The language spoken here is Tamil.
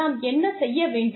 நாம் என்ன செய்ய வேண்டும்